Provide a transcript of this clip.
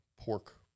pork